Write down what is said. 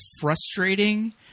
frustrating